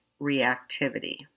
reactivity